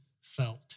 felt